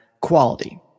quality